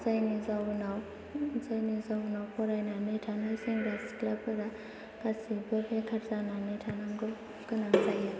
जायनि जाहोनाव फरायानानै थानाय सेंग्रा सिख्लाफोरा गासैबो बेखार जानानै थानांगौ गोनां जायो